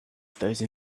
those